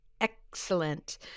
excellent